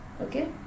okay